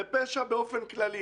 אלא פשע באופן כללי.